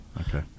okay